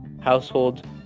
household